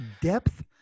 depth